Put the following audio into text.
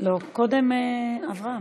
קודם אני.